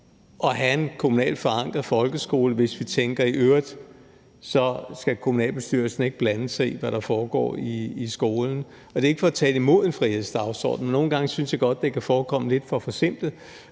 at have en kommunalt forankret folkeskole, hvis vi tænker: I øvrigt så skal kommunalbestyrelsen ikke blande sig i, hvad der foregår i skolen. Det er ikke for at tale imod en frihedsdagsorden, men nogle gange synes jeg godt, det kan forekomme lidt for forsimplet,